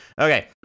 Okay